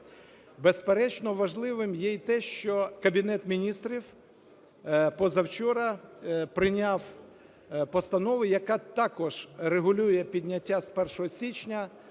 Безперечно, важливим є і те, що Кабінет Міністрів позавчора прийняв постанову, яка також регулює підняття з 1 січня